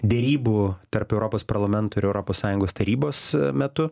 derybų tarp europos parlamento ir europos sąjungos tarybos metu